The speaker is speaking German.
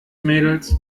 mädels